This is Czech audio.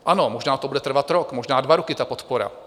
Ano, možná to bude trvat rok, možná dva roky, ta podpora.